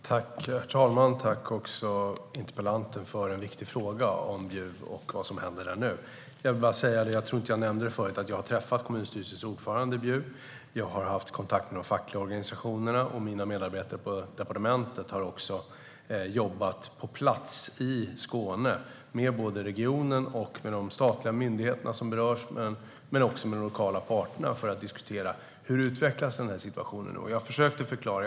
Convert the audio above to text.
Herr talman! Jag tackar interpellanten för en viktig fråga om Bjuv och vad som händer där nu. Jag har träffat kommunstyrelsens ordförande i Bjuv, och jag har haft kontakt med de fackliga organisationerna. Mina medarbetare på departementet har också jobbat på plats i Skåne med regionen, med de statliga myndigheter som berörs och med de lokala parterna för att diskutera hur situationen utvecklas.